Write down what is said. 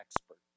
expert